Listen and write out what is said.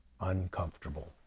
uncomfortable